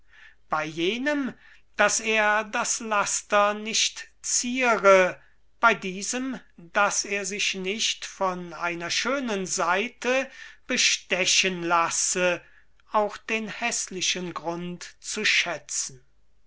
bei jenem daß er das laster nicht ziere bei diesem daß er sich nicht von einer schönen seite bestechen lasse auch den häßlichen grund zu schätzen